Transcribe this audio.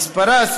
מספרה,